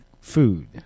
Food